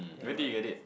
um where did you get it